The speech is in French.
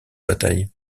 bataille